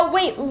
Wait